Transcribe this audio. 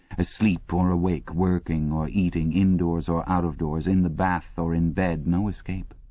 asleep or awake, working or eating, indoors or out of doors, in the bath or in bed no escape.